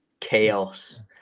chaos